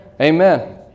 Amen